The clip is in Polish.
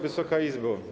Wysoka Izbo!